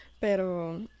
pero